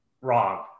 wrong